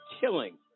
killing